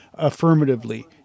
Affirmatively